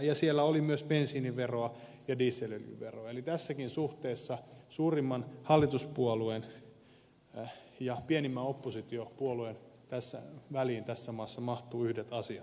ja siellä oli myös bensiiniveroa ja dieselöljyveroa eli tässäkin suhteessa suurimman hallituspuolueen ja pienimmän oppositiopuolueen väliin tässä maassa mahtuu yhdet asiat